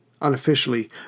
unofficially